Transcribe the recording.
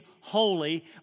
holy